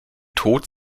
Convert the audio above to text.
tod